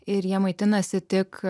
ir jie maitinasi tik